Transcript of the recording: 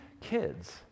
kids